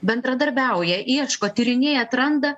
bendradarbiauja ieško tyrinėja atranda